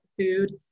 food